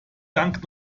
dank